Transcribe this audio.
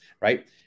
right